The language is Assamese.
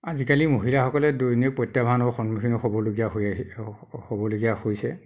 আজিকালি মহিলাসকলে দৈনিক প্ৰত্যাহ্বানৰ সন্মুখীন হ'বলগীয়া হয়েই হ'বলগীয়া হৈছে